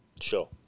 sure